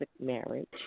marriage